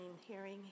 hearing